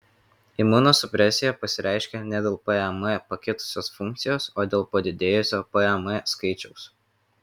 imunosupresija pasireiškia ne dėl pam pakitusios funkcijos o dėl padidėjusio pam skaičiaus